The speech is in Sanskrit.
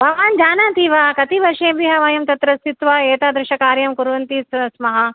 भवान् जानाति वा कति वर्षेभ्यः वयं तत्र स्थित्वा एतादृशकार्यं कुर्वन्तः स स्मः